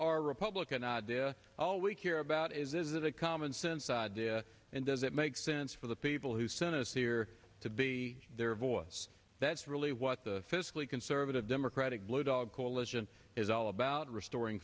or republican idea all we care about is it a common sense and does it make sense for the people who sent us here to be their voice that's really what the fiscally conservative democratic blue dog coalition is all about restoring